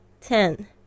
Ten